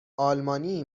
آلمانی